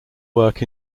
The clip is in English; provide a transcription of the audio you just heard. work